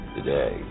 Today